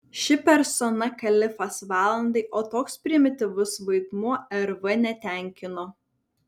ši persona kalifas valandai o toks primityvus vaidmuo rv netenkino